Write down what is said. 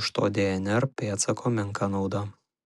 iš to dnr pėdsako menka nauda